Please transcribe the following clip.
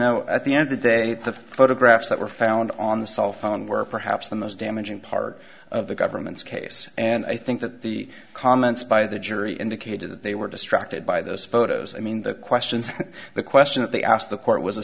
know at the end the date the photographs that were found on the cell phone were perhaps the most damaging part of the government's case and i think that the comments by the jury indicated that they were distracted by those photos i mean the questions the question that they asked the court was